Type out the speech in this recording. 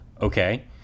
okay